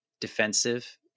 defensive